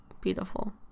beautiful